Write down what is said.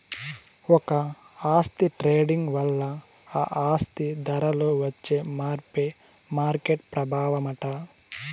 ఒక ఆస్తి ట్రేడింగ్ వల్ల ఆ ఆస్తి ధరలో వచ్చే మార్పే మార్కెట్ ప్రభావమట